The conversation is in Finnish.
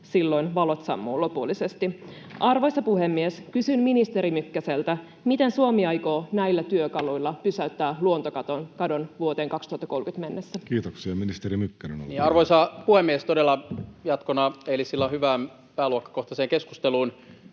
silloin valot sammuvat lopullisesti. Arvoisa puhemies! Kysyn ministeri Mykkäseltä: miten Suomi aikoo näillä työkaluilla pysäyttää luontokadon vuoteen 2030 mennessä? Kiitoksia. — Ministeri Mykkänen, olkaa hyvä. Arvoisa puhemies! Todella jatkona eilisillan hyvään pääluokkakohtaiseen keskusteluun: